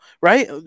right